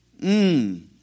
Mmm